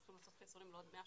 צריכים לעשות חיסונים לעוד 130